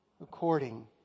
according